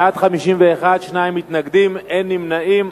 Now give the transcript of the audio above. בעד, 51, שני מתנגדים, ואין נמנעים.